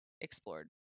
explored